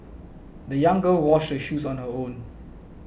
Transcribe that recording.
the young girl washed her shoes on her own